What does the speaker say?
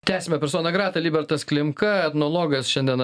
tęsiame personą gratą libertas klimka etnologas šiandien